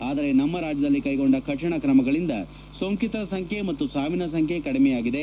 ಆದರೆ ನಮ್ಮ ರಾಜ್ಯದಲ್ಲಿ ಕ್ವೆಗೊಂಡ ಕಠಿಣ ಕ್ರಮಗಳಿಂದ ಸೋಂಕಿತರ ಸಂಖ್ಯೆ ಮತ್ತು ಸಾವಿನ ಸಂಖ್ಯೆ ಕಡಿಮೆಯಾಗಿದೆ